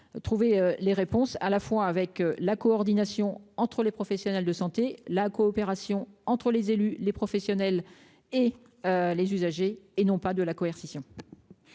Trouver les réponses à la fois avec la coordination entre les professionnels de santé. La coopération entre les élus, les professionnels et les usagers et non pas de la coercition.--